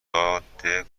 جاده